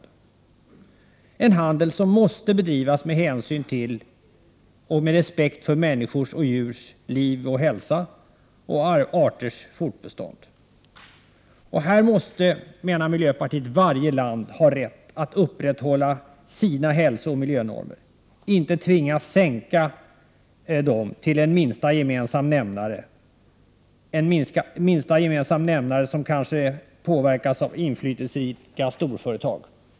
Denna handel måste bedrivas med hänsyn till och med respekt för människors och djurs liv och hälsa samt arters fortbestånd. Här måste, menar miljöpartiet, varje land ha rätt att upprätthålla sina hälsooch miljönormer och inte tvingas sänka dessa till en minsta gemensam nämnare, som kanske påverkas av inflytelserika storföretag.